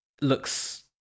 looks